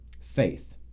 faith